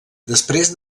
després